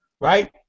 right